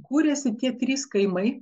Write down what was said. kūrėsi tie trys kaimai